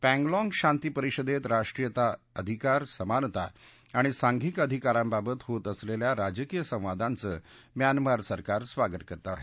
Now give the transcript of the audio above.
Panglong शांती परिषदेत राष्ट्रीयता अधिकार समानता आणि सांघिक अधिकारांबाबत होत असलेल्या राजकीय संवादाचं म्यानमार सरकार स्वागत करत आहे